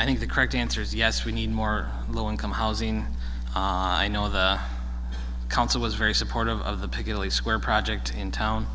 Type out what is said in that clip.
i think the correct answer is yes we need more low income housing i know the council was very supportive of the piccadilly square project in town